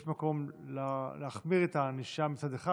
יש מקום להחמיר את הענישה מצד אחד,